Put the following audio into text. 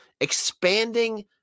expanding